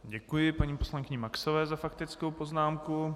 Děkuji paní poslankyni Maxové za faktickou poznámku.